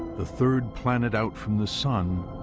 the third planet out from the sun,